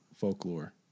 folklore